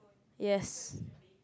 yes